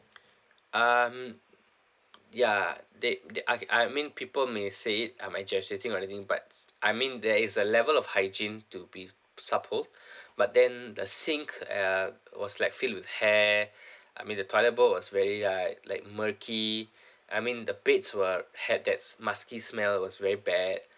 um ya they they I I mean people may say it am I or anything but I mean there is a level of hygiene to be but then the sink uh was like filled with hair I mean the toilet bowl was very uh like murky I mean the beds were had that musky smell it was very bad